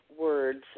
words